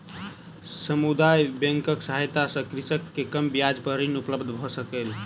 समुदाय बैंकक सहायता सॅ कृषक के कम ब्याज पर ऋण उपलब्ध भ सकलै